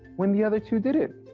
when the other two didn't?